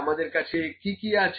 আমাদের কাছে কি কি আছে